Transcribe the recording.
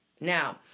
Now